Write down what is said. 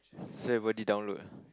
so everybody download